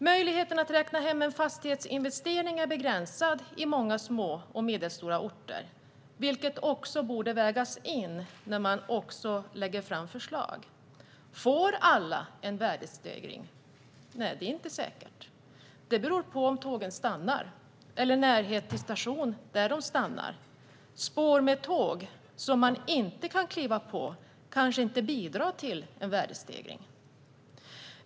Möjligheten att räkna hem en fastighetsinvestering är begränsad på många små och medelstora orter, vilket också borde vägas in när man lägger fram förslag. Får alla en värdestegring? Nej, det är inte säkert. Det beror på om tågen stannar där och på avståndet till en station där de stannar. Spår med tåg som man inte kan kliva på kanske inte bidrar till en värdestegring.